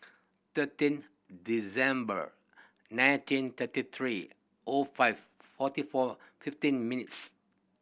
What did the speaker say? thirteen December nineteen thirty three O five forty four fifteen minutes